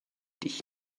dich